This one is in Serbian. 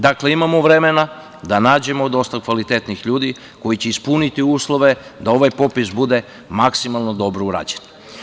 Dakle, imamo vremena da nađemo dosta kvalitetnih ljudi koji će ispuniti uslove da ovaj popis bude maksimalno dobro urađen.